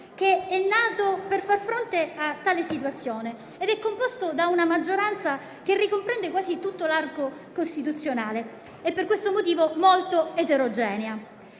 Governo nato per far fronte a tale situazione, composto da una maggioranza che ricomprende quasi tutto l'arco costituzionale e, per questo motivo, è molto eterogenea.